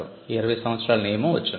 ఈ 20 సంవత్సరాల నియమం వచ్చింది